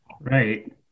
Right